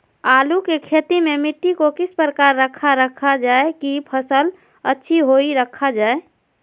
आलू की खेती में मिट्टी को किस प्रकार रखा रखा जाए की फसल अच्छी होई रखा जाए?